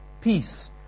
peace